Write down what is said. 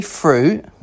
fruit